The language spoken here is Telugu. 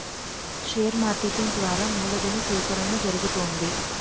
షేర్ మార్కెటింగ్ ద్వారా మూలధను సేకరణ జరుగుతుంది